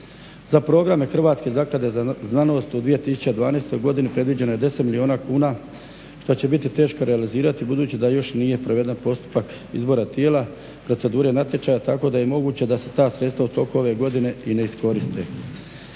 Za programe Hrvatske zaklade za znanost u 2012.godini predviđeno je 10 milijuna kuna što će biti teško realizirati budući da još nije proveden postupak izbora tijela, procedure natječaja tako da je moguće da se ta sredstva u toku ove godine i ne iskoriste.